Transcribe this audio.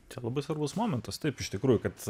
tai labai svarbus momentas taip iš tikrųjų kad